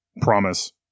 promise